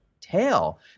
tail